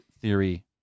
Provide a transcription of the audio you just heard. theory